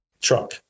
truck